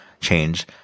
change